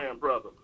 brother